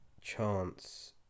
chance